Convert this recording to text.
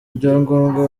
ibyangombwa